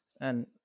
And-